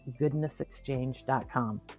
goodnessexchange.com